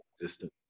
existence